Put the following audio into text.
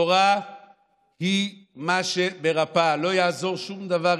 תורה היא מה שמרפא, לא יעזור שום דבר.